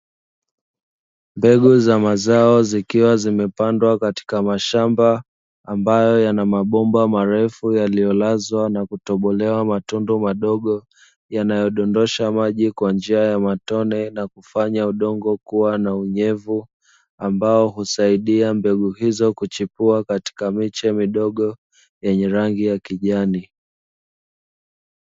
Mbegu za mazao zikiwa zimepandwa katika mashamba ambayo yana mabomba marefu yaliyolazwa na kutobolewa matundu madogo, yanayodondosha maji kwa jina ya matone na kufanya udongo kuwa na unyevu ambao husaidia mbegu hizo kuchipua katika miche midogo yenye rangi ya kijani.